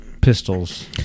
pistols